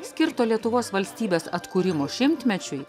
skirto lietuvos valstybės atkūrimo šimtmečiui